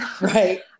Right